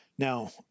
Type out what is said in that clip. Now